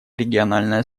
региональное